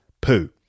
poo